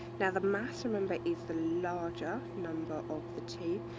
yeah the mass, remember, is the larger number of the two.